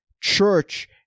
church